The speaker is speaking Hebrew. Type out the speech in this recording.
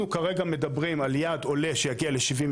אנחנו כרגע מדברים על יעד עולה שיגיע ל-77%,